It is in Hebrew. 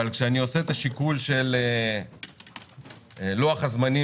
אבל כשאני עושה את השיקול של לוח הזמנים